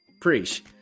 Preach